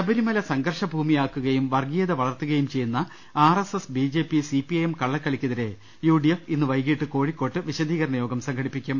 ശബരിമല സംഘർഷ ഭൂമിയാക്കുകയും വർഗീയത വളർത്തു കയും ചെയ്യുന്ന ആർഎസ്എസ് ബിജെപി സിപിഐഎം കള ളക്കളിക്കെതിരെ യുഡിഎഫ് ഇന്ന് വൈകിട്ട് കോഴിക്കോട്ട് വിശ ദീകരണയോഗം സംഘടിപ്പിക്കും